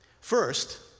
First